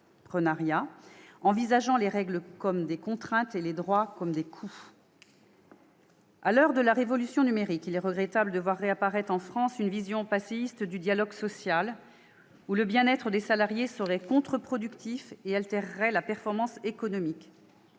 envisageant les règles comme des contraintes et les droits comme des coûts. À l'heure de la révolution numérique, il est regrettable de voir réapparaître en France une vision passéiste du dialogue social, selon laquelle le bien-être des salariés serait contre-productif et altérerait la performance économique.